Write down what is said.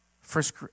First